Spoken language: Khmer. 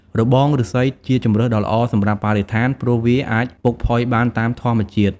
របងឬស្សីជាជម្រើសដ៏ល្អសម្រាប់បរិស្ថាន ព្រោះវាអាចពុកផុយបានតាមធម្មជាតិ។